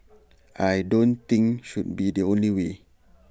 I don't think should be the only way